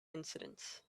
incidents